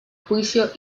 juicio